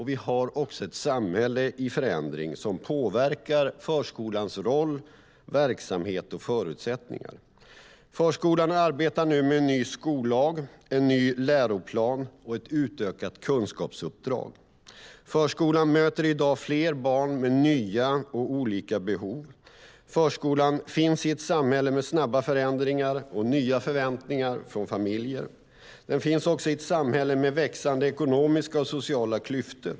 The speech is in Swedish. Vi har ett samhälle i förändring, vilket också påverkar förskolans roll, verksamhet och förutsättningar. Förskolan arbetar nu med en ny skollag, en ny läroplan och ett utökat kunskapsuppdrag. Förskolan möter i dag fler barn med nya och olika behov. Förskolan finns i ett samhälle med snabba förändringar och nya förväntningar från familjer. Den finns i ett samhälle med växande ekonomiska och sociala klyftor.